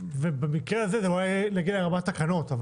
ובמקרה הזה זה גם היה מגיע לרמת תקנות.